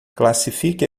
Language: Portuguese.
classifique